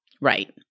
Right